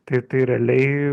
tai tai realiai